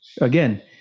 again